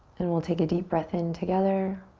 and we'll take a deep breath in together.